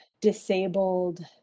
disabled